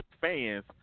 fans